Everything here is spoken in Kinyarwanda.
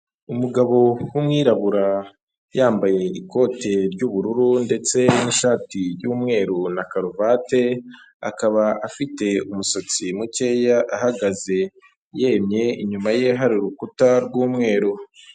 Umugabo w'umwirabura yambaye ikote ry'ubururu ndetse n'ishati y'umweru na karuvate, akaba afite umusatsi mukeya ahagaze yemye inyuma ye hari urukuta rw'umweru.